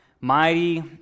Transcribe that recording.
Mighty